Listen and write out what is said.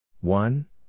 one